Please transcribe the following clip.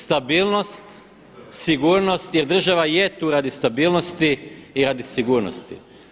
Stabilnost, sigurnost jer država je tu radi stabilnosti i radi sigurnosti.